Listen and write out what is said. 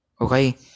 Okay